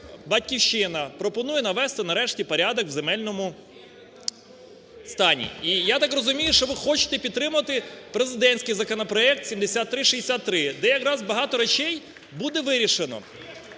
"Батьківщина" пропонує навести нарешті порядок в земельному стані. І я так розумію, що ви хочете підтримати президентський законопроект, 7363, де якраз багато речей буде вирішено.